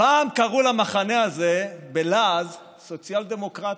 פעם קראו למחנה הזה בלעז סוציאל-דמוקרטיה,